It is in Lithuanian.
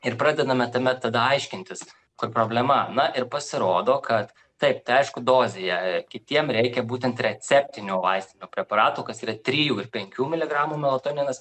ir pradedame tame tada aiškintis kur problema na ir pasirodo kad taip tai aišku dozėje kitiem reikia būtent receptinių vaistinių preparatų kas yra trijų ir penkių miligramų melatoninas